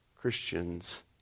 Christians